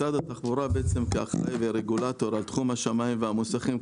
משרד התחבורה כאחראי ורגולטור על תחום השמאים והמוסכים,